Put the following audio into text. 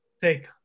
take